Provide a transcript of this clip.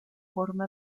forma